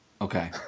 Okay